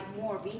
more